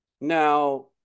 Now